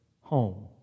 home